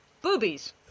boobies